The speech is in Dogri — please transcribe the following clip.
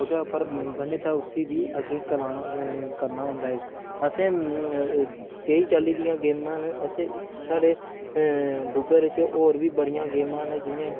ओह्दे पर बन्ने दा उस्सी बी अग्गै करना होंदा ऐ असें केईं चाल्ली दियां गेमां न असें साढ़े डुग्गर च होर बी बड़ियां गेमां न